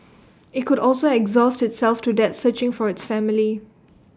IT could also exhaust itself to death searching for its family